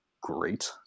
great